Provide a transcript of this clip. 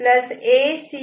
C'